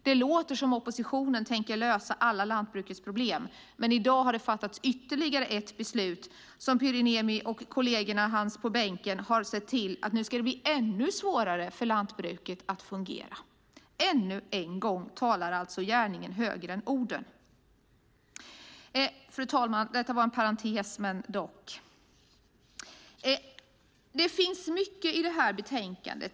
Det låter som om oppositionen tänker lösa alla lantbrukets problem, och i dag har fattats ytterligare ett beslut. Pyry Niemi och hans kolleger på bänken har sett till att det ska bli ännu svårare för lantbruket att fungera. Ännu en gång talar alltså gärningen högre än orden. Det, fru talman, var en parentes. Det finns mycket i detta betänkande.